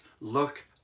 look